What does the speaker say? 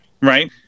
Right